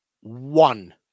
One